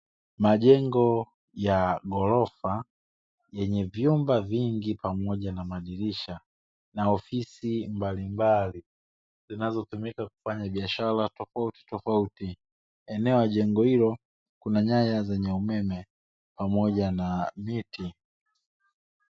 Majengo ya ghorofa yenye vyumba vingi pamoja na madirisha na ofisi mbalimbali zinazotumika kufanya biashara tofautitofauti eneo ya jengo hilo kuna nyaya zenye umeme pamoja na miti.